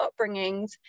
upbringings